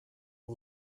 all